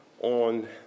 on